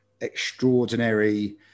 extraordinary